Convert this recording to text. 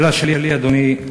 השאלה שלי, אדוני: